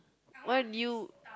what you